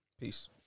Peace